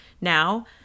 now